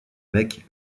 avec